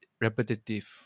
repetitive